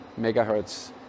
megahertz